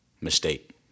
Mistake